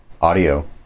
Audio